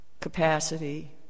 capacity